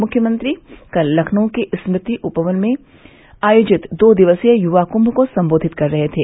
मुख्यमंत्री कल लखनऊ के स्मृति उपदन में आयोजित दो दिवसीय यूवा कृष को संबोधित कर रहे थे